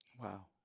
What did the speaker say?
Wow